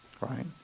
Right